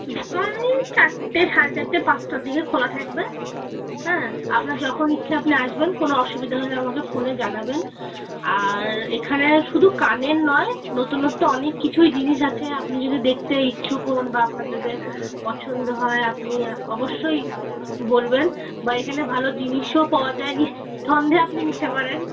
দোকান এই চারটে সাড়ে চারটে পাঁচটার দিকে খোলা থাকবে হ্যাঁ আপনার যখন ইচ্ছে আপনি আসবেন কোনো অসুবিধা হলে আমাকে ফোনে জানাবেন আর এখানে শুধু কানের নয় নতুনত্ব অনেক কিছুই জিনিস আছে আপনি যদি দেখতে ইচ্ছুক হন বা আপনার যদি পছন্দ হয় আপনি অবশ্যই বলবেন বা এখানে ভালো জিনিসও পাওয়া যায় নিঃসন্দেহে আপনি নিতে পারেন